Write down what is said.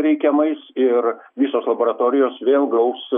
reikiamais ir visos laboratorijos vėl gaus